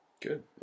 good